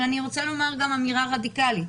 אבל אני רוצה לומר גם אמירה רדיקלית.